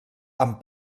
amb